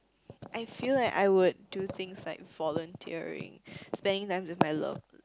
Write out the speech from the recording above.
I feel that I would do things like volunteering spending time with my love